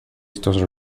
estos